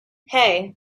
hey